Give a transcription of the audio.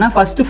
First